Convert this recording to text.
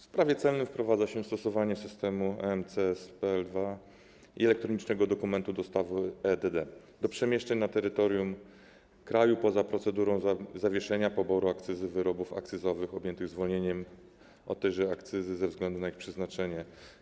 W Prawie celnym wprowadza się stosowanie systemu EMCS PL2 i elektronicznego dokumentu dostawy e-DD do przemieszczeń na terytorium kraju poza procedurą zawieszenia poboru akcyzy wyrobów akcyzowych objętych zwolnieniem od tejże akcyzy ze względu na ich przeznaczenie.